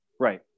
Right